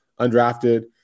undrafted